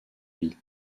vie